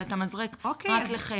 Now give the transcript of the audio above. אבל את המזרק רק לחלק.